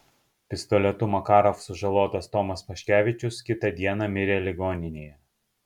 pistoletu makarov sužalotas tomas paškevičius kitą dieną mirė ligoninėje